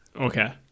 Okay